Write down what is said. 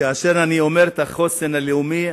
כאשר אני אומר החוסן הלאומי,